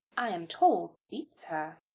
i am told, beats her.